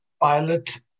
pilot